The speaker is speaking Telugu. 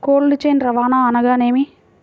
కోల్డ్ చైన్ రవాణా అనగా నేమి?